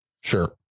Sure